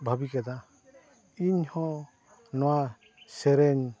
ᱵᱷᱟᱹᱵᱤ ᱠᱮᱫᱟ ᱤᱧᱦᱚᱸ ᱱᱚᱣᱟ ᱥᱮᱨᱮᱧ